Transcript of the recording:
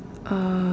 uh